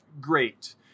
great